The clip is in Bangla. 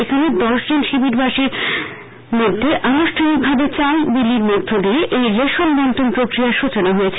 এখানে দশজন শিবিরবাসীর মধ্যে আনুষ্ঠানিকভাবে চাউল বিলি র্মধ্য দিয়ে এই রেশন বন্টন প্রক্রিয়ার সচনা হয়েছে